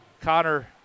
Connor